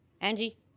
Angie